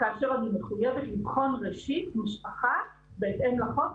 כאשר אני מחויבת לבחון ראשית משפחה בהתאם לחוק,